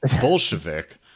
Bolshevik